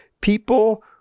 people